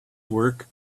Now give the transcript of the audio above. work